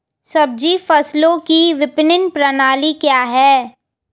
सब्जी फसलों की विपणन प्रणाली क्या है?